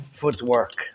footwork